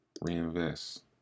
reinvest